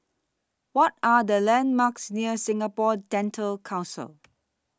What Are The landmarks near Singapore Dental Council